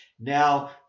Now